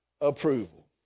approval